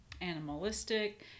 animalistic